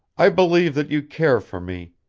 i believe that you care for me.